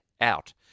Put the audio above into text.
out